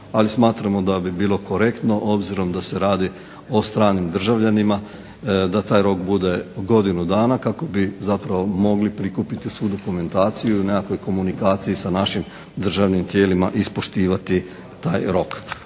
ali smatramo da bi bilo korektno obzirom da se radi o stranim državljanima da taj rok bude godinu dana kako bi zapravo mogli prikupiti svu dokumentaciju i u nekakvoj komunikaciji sa našim državnim tijelima ispoštivati taj rok.